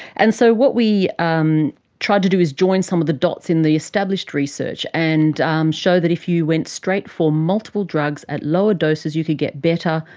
and so what we um tried to do is join some of the dots in the established research and um show that if you went straight for multiple drugs at lower doses you could get better,